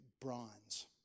bronze